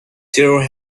there